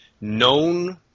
known